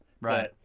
Right